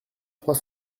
trois